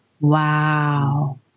Wow